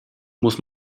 muss